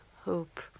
hope